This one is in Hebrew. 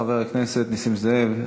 חבר הכנסת נסים זאב,